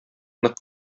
нык